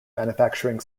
manufacturing